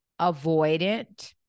avoidant